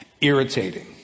irritating